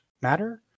Matter